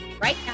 right